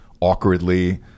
awkwardly